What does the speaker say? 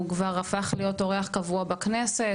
הוא כבר הפך להיות אורח קבוע בכנסת,